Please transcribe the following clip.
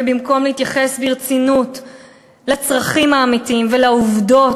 ובמקום להתייחס ברצינות לצרכים האמיתיים ולעובדות,